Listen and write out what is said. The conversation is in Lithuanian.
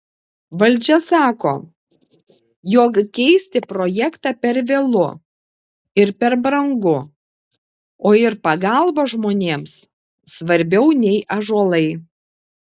valdžia sako jog keisti projektą per vėlu ir per brangu o ir pagalba žmonėms svarbiau nei ąžuolai